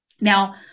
Now